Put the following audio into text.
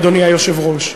אדוני היושב-ראש,